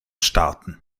starten